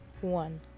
one